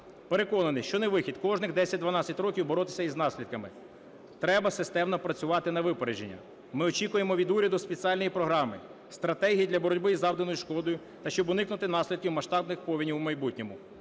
Переконаний, що не вихід – кожні 10-12 років боротися із наслідками, треба системно працювати на випередження. Ми очікуємо від уряду спеціальної програми, стратегії для боротьбі із завданою шкодою та щоб уникнути наслідків масштабних повенів у майбутньому.